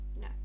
no